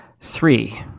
three